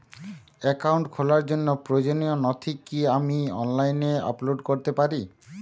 Account খোলার জন্য প্রয়োজনীয় নথি কি আমি অনলাইনে আপলোড করতে পারি?